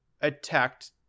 attacked